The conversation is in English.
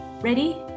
Ready